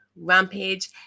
Rampage